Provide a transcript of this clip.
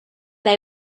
they